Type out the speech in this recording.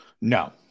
no